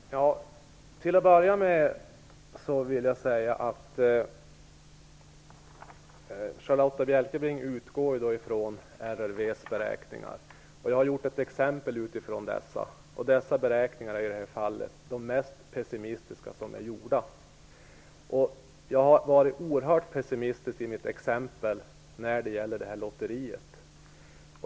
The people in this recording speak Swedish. Fru talman! Till att börja med vill jag säga att Charlotta Bjälkebring utgår ifrån RRV:s beräkningar. Jag har gjort ett exempel utifrån dessa, som i det här fallet är de mest pessimistiska som gjorts. Jag har varit oerhört pessimistisk i mitt exempel när det gäller lotteriet.